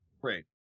Great